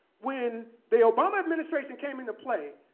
when the obama administration came into play,